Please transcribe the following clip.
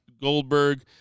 Goldberg